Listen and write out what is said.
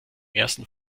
ersten